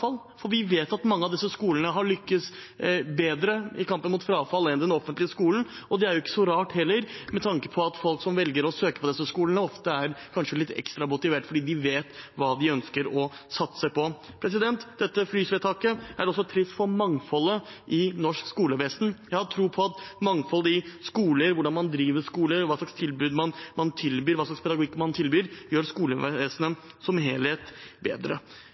for vi vet at mange av disse skolene har lykkes bedre i kampen mot frafall enn den offentlige skolen. Det er jo heller ikke så rart, med tanke på at folk som velger å søke på disse skolene, ofte kanskje er litt ekstra motivert, fordi de vet hva de ønsker å satse på. Dette frysvedtaket er også trist for mangfoldet i norsk skolevesen. Jeg har tro på at mangfold i skoler, i hvordan man driver dem, hva slags tilbud man har og hva slags pedagogikk man tilbyr, gjør skolevesenet som helhet bedre.